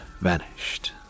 vanished